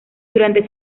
durante